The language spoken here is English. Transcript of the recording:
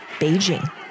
beijing